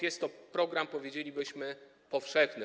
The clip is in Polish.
Jest to program, powiedzielibyśmy, powszechny.